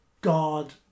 God